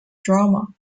drama